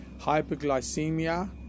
hyperglycemia